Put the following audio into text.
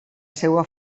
seva